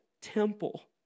temple